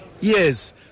Yes